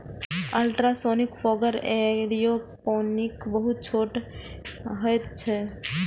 ultrasonic fogger aeroponic बहुत छोट होइत छैक